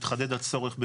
התחדד הצורך במיגון.